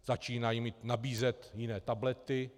Začínají mi nabízet jiné tablety.